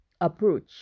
approach